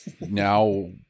now